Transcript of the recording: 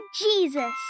Jesus